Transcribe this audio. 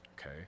okay